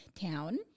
town